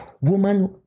woman